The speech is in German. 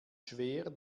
schwer